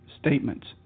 statements